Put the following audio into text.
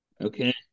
Okay